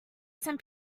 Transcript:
some